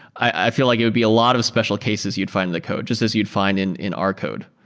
i feel like it'd be a lot of special cases you'd find in the code just as you'd find in in our code